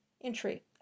entry